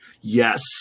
Yes